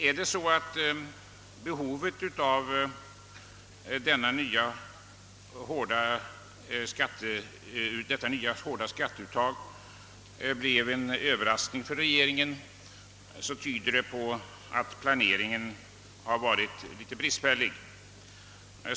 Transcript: Är det så att behovet av detta nya hårda skatteuttag blev en överraskning för regeringen, tyder det på att planeringen har varit bristfällig.